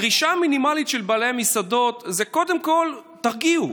הדרישה המינימלית של בעלי המסעדות היא קודם כול: תרגיעו,